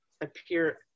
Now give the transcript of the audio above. appear